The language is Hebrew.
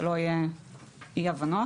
שלא יהיו אי הבנות.